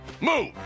Move